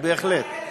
בהחלט.